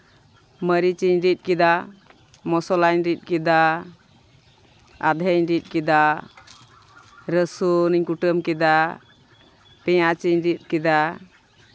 ᱢᱟᱹᱨᱤᱪ ᱤᱧ ᱨᱤᱫ ᱠᱮᱫᱟ ᱢᱚᱥᱞᱟᱧ ᱨᱤᱫ ᱠᱮᱫᱟ ᱟᱫᱷᱮᱧ ᱨᱤᱫ ᱠᱮᱫᱟ ᱨᱟᱹᱥᱩᱱ ᱤᱧ ᱠᱩᱴᱟᱹᱢ ᱠᱮᱫᱟ ᱯᱮᱸᱭᱟᱡᱽ ᱤᱧ ᱨᱤᱫ ᱠᱮᱫᱟ